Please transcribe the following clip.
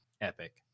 Epic